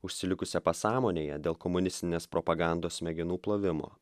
užsilikusią pasąmonėje dėl komunistinės propagandos smegenų plovimo